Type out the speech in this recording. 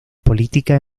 política